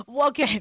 Okay